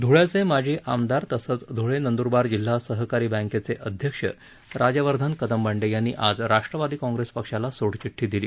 धुळ्याचे माजी आमदार तसंच धुळे नंदूरबार जिल्हा सहकारी बँकेचे अध्यक्ष राजवर्धन कदम बांडे यांनी आज राष्ट्रवादी काँप्रेस पक्षाला सोडचिठ्ठी दिली